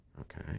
Okay